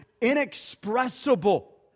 inexpressible